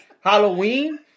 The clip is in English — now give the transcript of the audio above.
Halloween